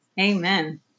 Amen